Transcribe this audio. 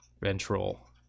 ventral